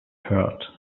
heart